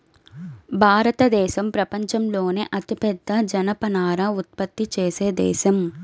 భారతదేశం ప్రపంచంలోనే అతిపెద్ద జనపనార ఉత్పత్తి చేసే దేశం